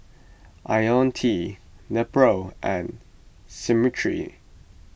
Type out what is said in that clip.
Ionil T Nepro and